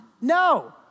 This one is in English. No